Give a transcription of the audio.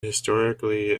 historically